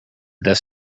this